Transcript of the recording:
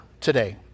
today